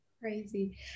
crazy